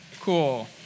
Cool